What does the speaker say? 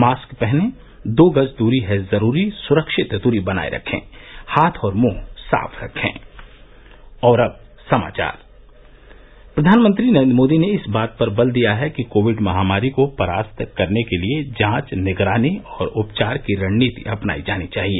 mask पहनें दो गज दूरी है जरूरी सुरक्षित दूरी बनाये रखे हाथ और मुंह साफ रखे प्रधानमंत्री नरेन्द्र मोदी ने इस बात पर बल दिया है कि कोविड महामारी को परास्त करने के लिए जांच निगरानी और उपचार की रणनीति अपनाई जानी चाहिए